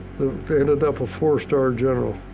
ended up a four-star general.